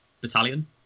battalion